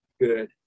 Good